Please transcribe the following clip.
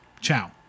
Ciao